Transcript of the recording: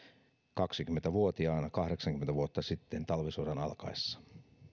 kaksikymmentä vuotiaana kahdeksankymmentä vuotta sitten talvisodan alkaessa